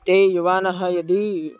ते युवानः यदि